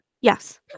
Yes